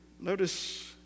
Notice